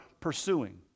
pursuing